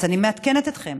אני מעדכנת אתכם